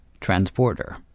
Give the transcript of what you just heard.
Transporter